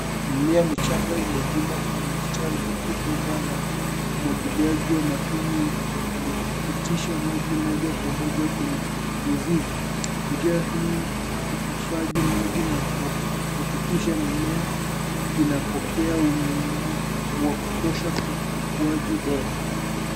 Mimea michanga imelimwa kwenye mistari huku bomba la umwagiliaji wa matone likipitisha maji moja kwa moja kwenye mizizi. Njia hii huhifadhi maji na kuhakikisha mimea inapokea unyevu wa kutosha kwa ukuaji bora.